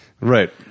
Right